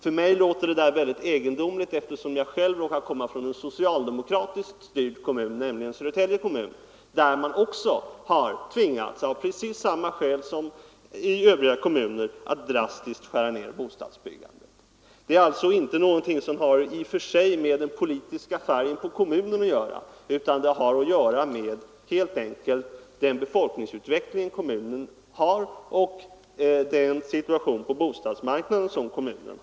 Detta låter för mig mycket egendomligt, eftersom jag själv kommer från en socialdemokratiskt styrd kommun, nämligen Södertälje kommun, där man av precis samma skäl som övriga kommuner har tvingats att drastiskt skära ner bostadsbyggandet. Det är alltså ingenting som har med den politiska färgen på kommunen att göra i och för sig utan sammanhänger helt enkelt med befolkningsutvecklingen och bostadsmarknaden i kommunen.